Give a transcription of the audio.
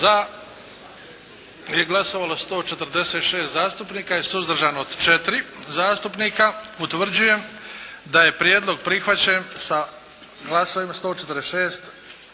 Za je glasovalo 146 zastupnika, suzdržano 4 zastupnika. Utvrđujem da je prijedlog prihvaćen sa glasovima 146